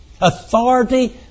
Authority